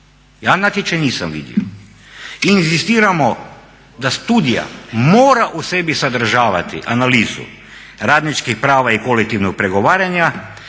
Ja natječaj nisam vidio. I inzistiramo da studija mora u sebi sadržavati analizu radničkih prava i kolektivnog pregovaranja,